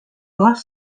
bus